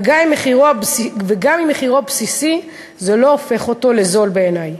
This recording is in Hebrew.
וגם אם מחירו בסיסי זה לא הופך אותו לזול בעיני.